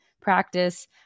practice